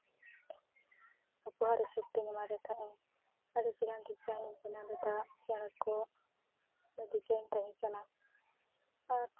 ᱩᱯᱚᱦᱟᱨ ᱦᱤᱥᱟᱹᱵ ᱛᱤᱧ ᱮᱢᱟ ᱫᱮ ᱛᱟᱦᱮᱸᱫ ᱤᱧ ᱟᱹᱰᱤ ᱪᱮᱦᱨᱟ ᱰᱤᱡᱟᱭᱤᱱᱤᱧ ᱵᱮᱱᱟᱣ ᱞᱮᱫᱟ ᱪᱮᱬᱮ ᱠᱚ ᱨᱮᱱᱟᱜ ᱰᱤᱡᱟᱭᱤᱱ ᱛᱟᱦᱮᱸᱠᱟᱱᱟ ᱟᱨ